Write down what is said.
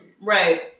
Right